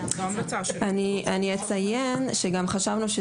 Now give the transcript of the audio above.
אני אציין שגם חשבנו,